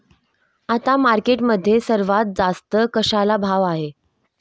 आता मार्केटमध्ये सर्वात जास्त कशाला भाव आहे?